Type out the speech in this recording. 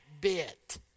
bit